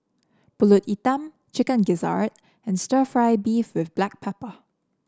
pulut Hitam Chicken Gizzard and stir fry beef with Black Pepper